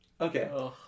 Okay